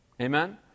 Amen